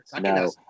no